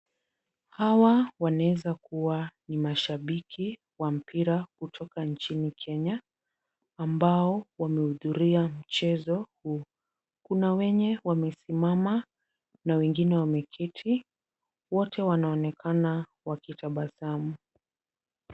Hawa wanaweza kuwa ni mashabiki wa mpira kutoka nchini Kenya, ambao wamehudhuria mchezo huu. Kuna wenye wamesimama na wengine wameketi. Wote wanaonekana wakitabasamu.